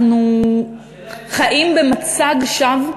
אנחנו חיים במצג שווא,